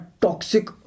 toxic